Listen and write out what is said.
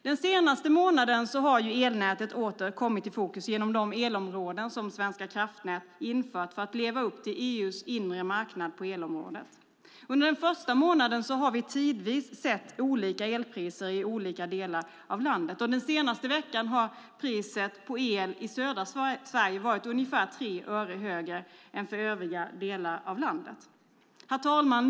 Den senaste månaden har elnätet åter kommit i fokus genom de elområden som Svenska kraftnät infört för att leva upp till EU:s inre marknad på elområdet. Under den första månaden har vi tidvis sett olika elpriser i olika delar av landet. Den senaste veckan har priset på el i södra Sverige varit ungefär 3 öre högre än i övriga delar av landet. Herr talman!